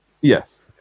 yes